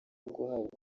guhabwa